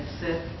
sit